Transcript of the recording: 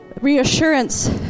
reassurance